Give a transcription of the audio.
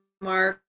mark